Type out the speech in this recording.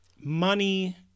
Money